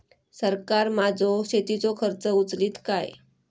सरकार माझो शेतीचो खर्च उचलीत काय?